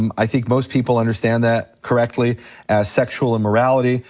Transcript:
um i think most people understand that correctly as sexual immorality,